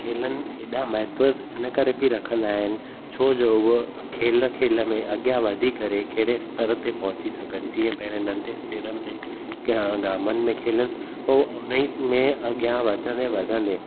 खेलनि एॾा महत्व इन करे बि रखंदा आहिनि छो जो हूअ खेल खेल में अॻियां वधी करे कहिड़े स्तर ते पहुची सघनि जीअं पहिरीं नंढे स्तिरनि ते गामनि में खेलनि पोइ उन्ही में अॻियां वधंदे वधंदे